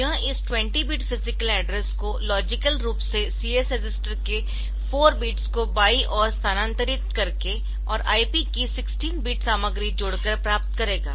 यह इस 20 bit physical address को लॉजिकल रूप से CS रजिस्टर के 4 बिट्स को बाईं ओर स्थानांतरित करके और IP की 16 बिट सामग्री जोड़कर प्राप्त करेगा